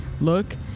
look